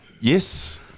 yes